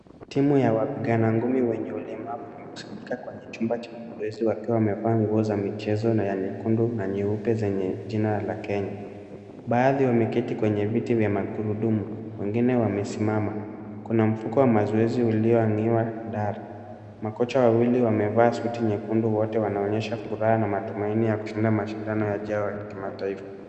Timu ya wapigana ngumi wenye ulemavu wamekusanyika kwenye chumba cha mazoezi wakiwa wamevaa nguo za michezo na ya nyekundu na nyeupe zenye jina la Kenya. Baadhi wameketi kwenye viti vya magurudumu. Wengine wamesimama. Kuna mfuko wa mazoezi uliohang'iwa dar. Makocha wawili wamevaa suti nyekundu wote wanaonyesha furaha na mataumaini ya kushinda mashindano yajao ya kimataifa.